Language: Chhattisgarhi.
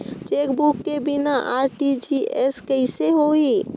चेकबुक के बिना आर.टी.जी.एस कइसे होही?